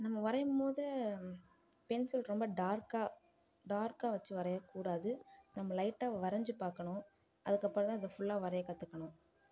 நம்ம வரையும் போது பென்சில் ரொம்ப டார்க்காக டார்க்காக வெச்சு வரையக்கூடாது நம்ம லைட்டாக வரைஞ்சு பார்க்கணும் அதுக்கு அப்புறந்தான் இதை ஃபுல்லாக வரைய கற்றுக்கணும்